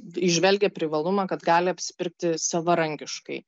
įžvelgia privalumą kad gali apsipirkti savarankiškai